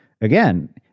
again